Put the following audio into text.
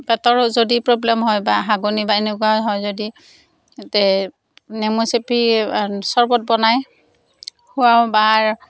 পেটৰ যদি প্ৰবলেম হয় বা হাগনি বা এনেকুৱা হয় যদি নেমু চেপি চৰবত বনাই খুৱাওঁ বা